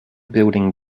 building